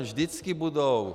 Vždycky budou.